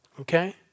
Okay